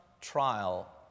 trial